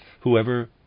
Whoever